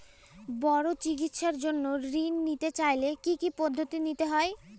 বড় চিকিৎসার জন্য ঋণ নিতে চাইলে কী কী পদ্ধতি নিতে হয়?